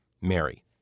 Mary